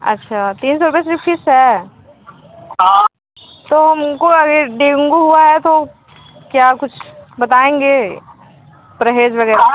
अच्छा तीन सौ रूपये सिर्फ फीस है तो हमको ये डेंगू हुआ है तो क्या कुछ बताएँगे परहेज वगैरह